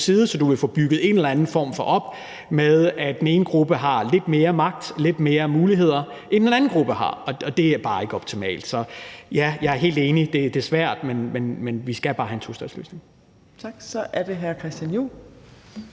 Så du vil få bygget et eller andet op, hvor den ene gruppe har lidt mere magt, lidt flere muligheder, end den anden gruppe har. Og det er bare ikke optimalt. Så ja, jeg er helt enig. Det er svært, men vi skal bare have en tostatsløsning. Kl. 15:37 Fjerde næstformand